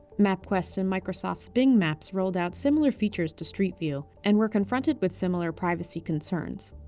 mapquest and microsoft's bing maps rolled out similar features to street view and were confronted with similar privacy concerns.